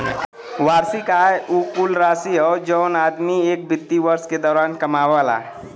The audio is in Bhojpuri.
वार्षिक आय उ कुल राशि हौ जौन आदमी एक वित्तीय वर्ष के दौरान कमावला